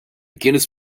guinness